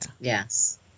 Yes